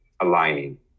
aligning